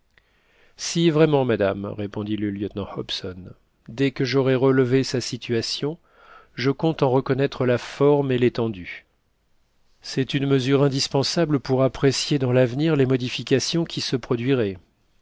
si vraiment madame répondit le lieutenant hobson dès que j'aurai relevé sa situation je compte en reconnaître la forme et l'étendue c'est une mesure indispensable pour apprécier dans l'avenir les modifications qui se produiraient